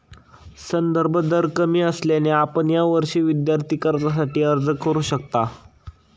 संदर्भ दर कमी असल्याने आपण यावर्षी विद्यार्थी कर्जासाठी अर्ज करू शकता